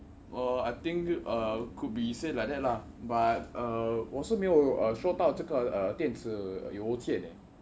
err I think uh could be said like that lah but err 我是没有收到这个电子邮件额